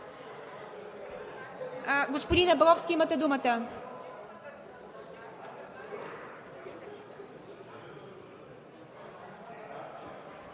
Господин Абровски, имате думата.